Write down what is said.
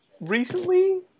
recently